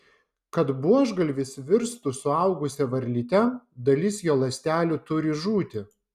kad buožgalvis virstų suaugusia varlyte dalis jo ląstelių turi žūti